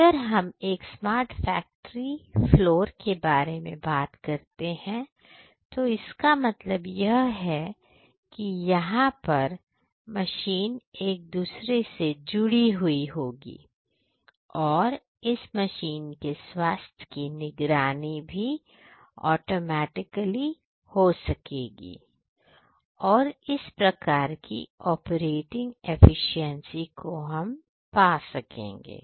अगर हम एक स्मार्ट फैक्ट्री फ्लोर के बारे में बात करते हैं तो इसका मतलब यह है कि यहां पर सभी मशीन एक दूसरे से जुड़ी हुई होंगी और इस मशीन के स्वास्थ्य की निगरानी भी ऑटोमेटिक अली हो सकेगी और इस प्रकार की ऑपरेटिंग एफिशिएंसी को हम पा सकेंगे